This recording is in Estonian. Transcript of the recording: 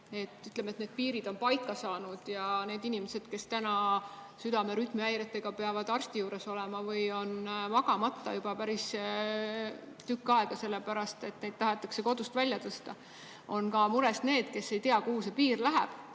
Ütleme, et need piirid on paika saanud ja need inimesed, kes täna südame rütmihäiretega peavad arsti juures olema või on magamata juba päris tükk aega, sellepärast et neid tahetakse kodust välja tõsta, on mures. Ka on mures need, kes ei tea, kuhu see piir läheb